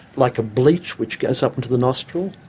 like a bleach which goes up into the nostril.